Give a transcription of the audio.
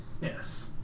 Yes